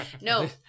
No